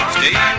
Stay